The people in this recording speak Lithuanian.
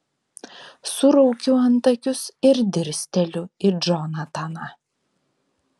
suraukiu antakius ir dirsteliu į džonataną